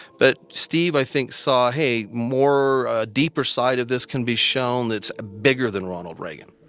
but steve, i think, saw hey, more deeper side of this can be shown that's bigger than ronald reagan